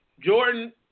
Jordan